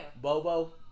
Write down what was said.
Bobo